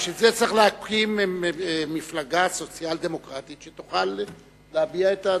בשביל זה צריך להקים מפלגה סוציאל-דמוקרטית שתוכל להביע את הדברים.